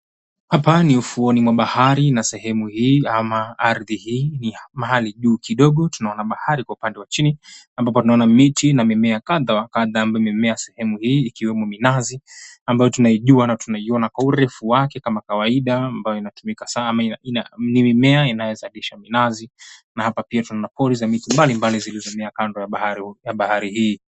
Hapa ni ufuoni mwa bahari na sehemu hii ama ardhi hii ni ya mahali juu kidogo. Tunaona bahari kwa upande wa chini ambapo tuna miti na mimea kadha wa kadha ambayo imemea sehemu hii ikiwemo minazi ambayo tunaijua na tunaiona kwa urefu wake kama kawaida ambayo inatumika sana. Ni mimea inayozalisha minazi na hapa pia tunaona pori za miti zilizomea kando ya bahari hii.